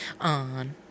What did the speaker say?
on